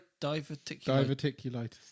diverticulitis